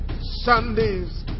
Sunday's